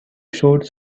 shots